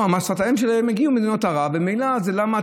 זו לא ממש שפת האם שלהם,